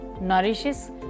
nourishes